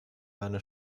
seine